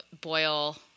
boil